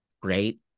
great